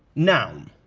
noun.